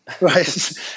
right